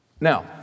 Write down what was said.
Now